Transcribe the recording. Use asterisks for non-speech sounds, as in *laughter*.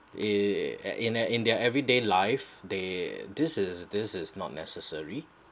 *noise* in in their in their everyday life they this is this is not necessary